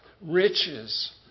riches